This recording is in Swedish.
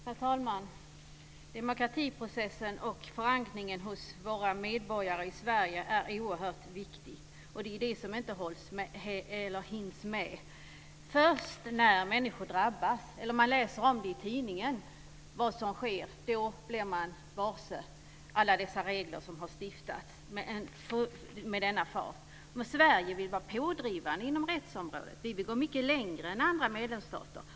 Herr talman! Demokratiprocessen och förankringen hos medborgarna i Sverige är oerhört viktig, och det är det som inte hinns med. Först när man läser i tidningen om vad som sker blir man varse alla dessa regler som har stiftats med stor fart. Sverige vill vara pådrivande på rättsområdet. Vi vill gå mycket längre än andra medlemsstater.